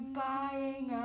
buying